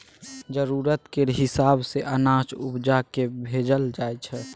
जरुरत केर हिसाब सँ अनाज उपजा केँ बेचल जाइ छै